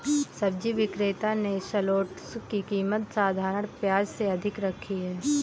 सब्जी विक्रेता ने शलोट्स की कीमत साधारण प्याज से अधिक रखी है